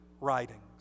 writings